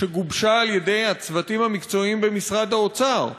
שגובשה על-ידי הצוותים המקצועיים במשרד האוצר?